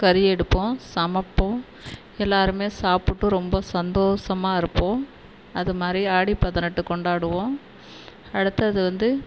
கறி எடுப்போம் சமைப்போம் எல்லோருமே சாப்பிட்டு ரொம்ப சந்தோஷமாக இருப்போம் அதைமாரி ஆடி பதினெட்டு கொண்டாடுவோம் அடுத்தது வந்து